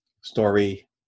story